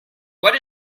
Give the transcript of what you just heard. what